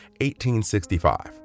1865